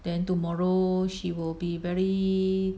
then tomorrow she will be very